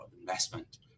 investment